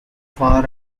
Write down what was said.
far